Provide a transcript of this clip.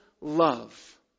love